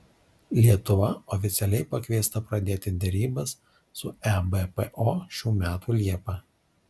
lietuva oficialiai pakviesta pradėti derybas su ebpo šių metų liepą